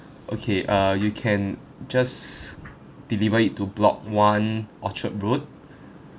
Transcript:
okay uh you can just deliver it to block one orchard road